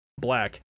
black